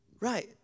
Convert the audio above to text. right